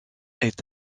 est